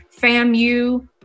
famu